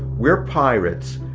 we're pirates.